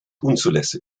unzulässig